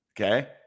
Okay